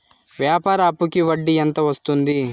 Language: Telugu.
వ్యాపార అప్పుకి వడ్డీ ఎంత వస్తుంది?